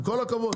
עם כל הכבוד.